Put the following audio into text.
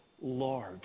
Lord